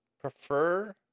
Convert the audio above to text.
prefer